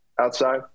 outside